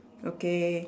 okay